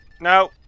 No